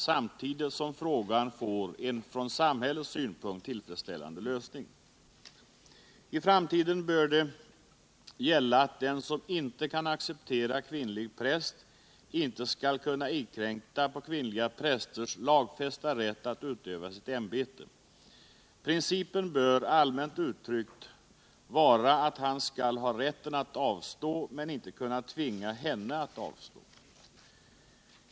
samtidigt som frågan får en från samhällets synpunkt tillfredsställande lösning. I framtiden bör gälla att den som inte kan acceptera kvinnlig präst inte skall kunna inkräkta på kvinnliga prästers lagfästa rätt att utöva sitt ämbete. Principen bör, allmänt uttryckt, vara att han skall ha rätten att avstå men inte kunna tvinga henne att avstå.